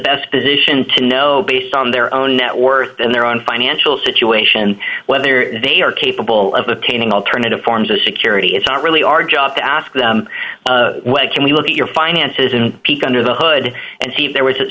best position to know based on their own network and their own financial situation whether they are capable of obtaining alternative forms of security it's not really our job to ask what can we look at your finances in peek under the hood and see if there was